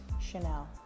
Chanel